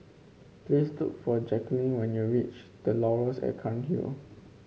please look for Jacquelyn when you reach The Laurels at Cairnhill